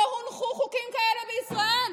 שמעולם לא הונחו חוקים כאלה בישראל.